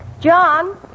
John